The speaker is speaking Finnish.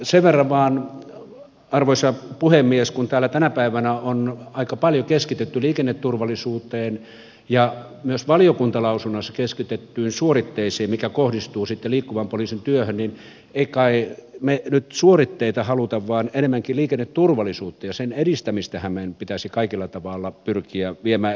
sen verran vain arvoisa puhemies kun täällä tänä päivänä on aika paljon keskitytty liikenneturvallisuuteen ja myös valiokunta lausunnossaan keskittyy suoritteeseen mikä kohdistuu liikkuvan poliisin työhön niin emme kai me nyt suoritteita halua vaan enemmänkin liikenneturvallisuutta ja sen edistämistähän meidän pitäisi kaikella tavalla pyrkiä viemään eteenpäin